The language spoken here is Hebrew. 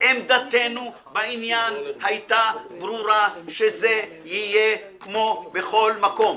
עמדתנו בעניין היתה ברורה שזה יהיה כמו בכל מקום.